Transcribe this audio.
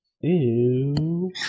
Ew